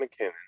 McKinnon